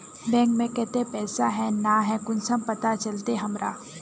Bank में केते पैसा है ना है कुंसम पता चलते हमरा?